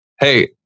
hey